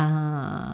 err